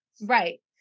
Right